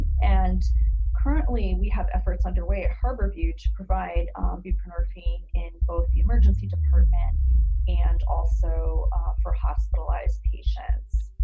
and currently we have efforts underway at harborview to provide buprenorphine in both the emergency department and also for hospitalized patients.